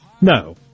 No